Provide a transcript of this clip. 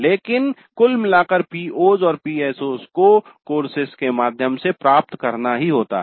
लेकिन कुल मिलाकर PO's और PSO's को कोर्सेज के माध्यम से प्राप्त करना होता है